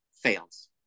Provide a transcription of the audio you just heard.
fails